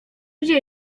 gdzie